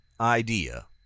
idea